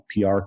PR